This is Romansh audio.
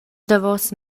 davos